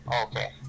Okay